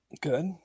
Good